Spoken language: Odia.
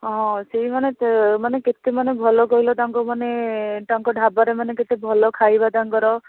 ସେଇମାନେ ମାନେ କେତେ ମାନେ ଭଲ କହିଲ ତାଙ୍କ ମାନେ ତାଙ୍କ ଢାବାରେ ମାନେ କେତେ ଭଲ ଖାଇବା ତାଙ୍କର